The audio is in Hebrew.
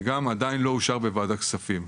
וגם עדיין לא אושר בוועדת כספים,